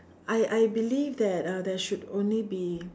I I believe that uh there should only be